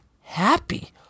happy